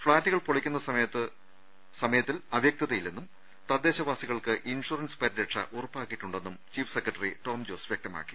ഫ്ളാറ്റുകൾ പൊളിക്കുന്ന സമയത്തിൽ അവ്യക്തതയില്ലെന്നും തദ്ദേശവാസികൾക്ക് ഇൻഷുറൻസ് പരിരക്ഷ ഉറപ്പാക്കിയിട്ടുണ്ടെന്നും ചീഫ് സെക്രട്ടറി ടോംജോസ് വൃക്തമാക്കി